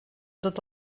tot